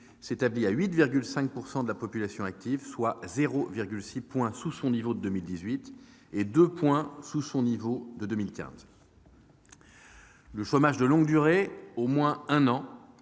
s'établit à 8,5 % de la population active, soit 0,6 point sous son niveau de 2015 et 2 points sous son niveau de 2015. Le chômage de longue durée- au moins un an